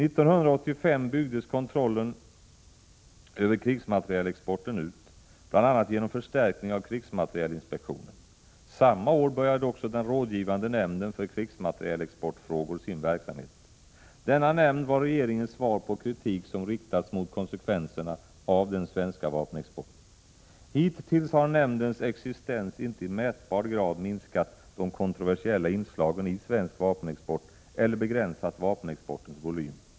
1985 byggdes kontrollen över krigsmaterielexporten ut, bl.a. genom förstärkning av krigsmaterielinspektionen. Samma år började också den rådgivande nämnden för krigsmaterielexportfrågor sin verksamhet. Denna nämnd var regeringens svar på kritik som riktats mot konsekvenserna av den svenska vapenexporten. Hittillls har nämndens existens inte i mätbar grad minskat de kontroversiella inslagen i svensk vapenexport eller begränsat vapenexportens volym.